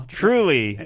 truly